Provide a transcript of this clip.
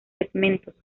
segmentos